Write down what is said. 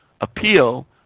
appeal